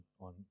on